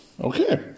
Okay